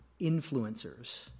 influencers